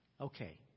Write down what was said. Okay